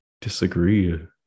disagree